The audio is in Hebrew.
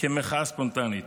כמחאה ספונטנית.